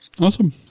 Awesome